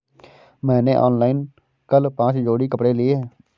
मैंने ऑनलाइन कल पांच जोड़ी कपड़े लिए